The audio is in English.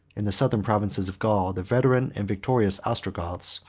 in the southern provinces of gaul, the veteran and victorious ostrogoths,